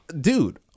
Dude